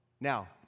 Now